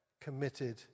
committed